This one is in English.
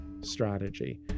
strategy